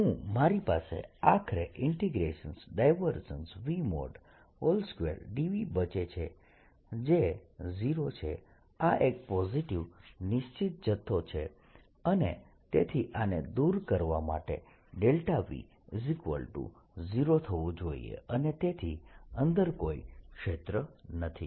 હું મારી પાસે આખરે V2dV બચે છે જે 0 છે આ એક પોઝિટીવ નિશ્ચિત જથ્થો છે અને તેથી આને દૂર કરવા માટે ∇ V0 થવું જોઈએ અને તેથી અંદર કોઈ ક્ષેત્ર નથી